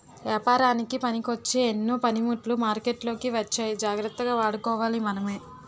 ఏపారానికి పనికొచ్చే ఎన్నో పనిముట్లు మార్కెట్లోకి వచ్చాయి జాగ్రత్తగా వాడుకోవాలి మనమే